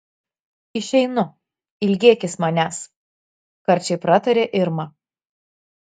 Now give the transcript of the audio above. išeinu ilgėkis manęs karčiai pratarė irma